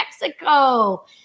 Mexico